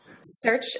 Search